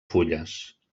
fulles